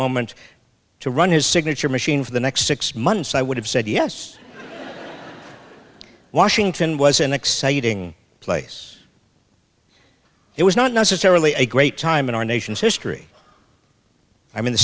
moment to run his signature machine for the next six months i would have said yes washington was an exciting place it was not necessarily a great time in our nation's history i mean the